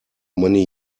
many